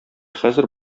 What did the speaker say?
хәзер